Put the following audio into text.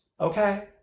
okay